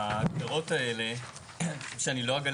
ההגדרות האלה אני חושב שאני לא אגלה